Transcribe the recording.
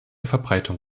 verbreitung